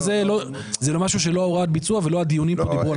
וזה משהו שלא הוראת הביצוע ולא הדיונים פה דיברו על האפשרות.